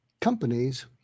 companies